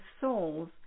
souls